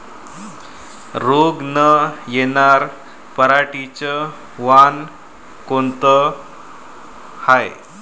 रोग न येनार पराटीचं वान कोनतं हाये?